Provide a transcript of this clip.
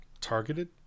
Targeted